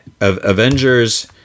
Avengers